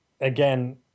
again